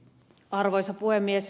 arvoisa puhemies